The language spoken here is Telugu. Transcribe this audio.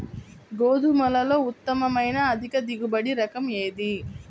గోధుమలలో ఉత్తమమైన అధిక దిగుబడి రకం ఏది?